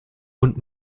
und